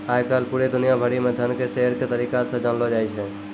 आय काल पूरे दुनिया भरि म धन के शेयर के तरीका से जानलौ जाय छै